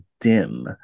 dim